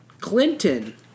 Clinton